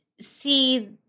see